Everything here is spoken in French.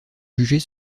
juger